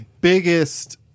biggest